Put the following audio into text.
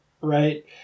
right